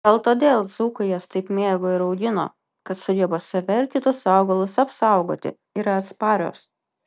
gal todėl dzūkai jas taip mėgo ir augino kad sugeba save ir kitus augalus apsaugoti yra atsparios